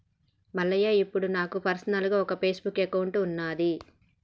మల్లయ్య ఇప్పుడు నాకు పర్సనల్గా ఒక ఫేస్బుక్ అకౌంట్ ఉన్నది